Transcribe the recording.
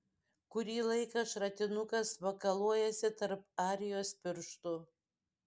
kurį laiką šratinukas makaluojasi tarp arijos pirštų